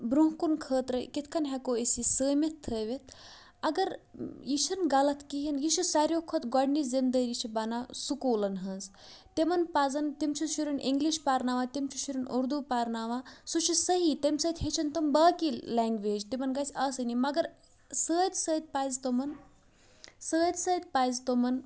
برونٛہہ کُن خٲطرٕ کِتھ کٔنۍ ہٮ۪کو أسۍ یہِ سٲمِتھ تھٲوِتھ اگر یہِ چھِنہٕ غلط کِہیٖنۍ یہِ چھِ ساروِیو کھۄتہٕ گۄڈنِچ ذِمہ دٲری چھِ بَنان سکوٗلَن ہٕنٛز تِمَن پَزن تِم چھِ شُرٮ۪ن اِنگلِش پَرناوان تِم چھِ شُرٮ۪ن اُردو پَرناوان سُہ چھِ صحیح تَمہِ سۭتۍ ہیٚچھَن تٕم باقی لینٛگویج تِمَن گژھِ آسٲنی مگر سۭتۍ سۭتۍ پَزِ تِمَن سۭتۍ سۭتۍ پَزِ تِمَن